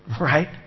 Right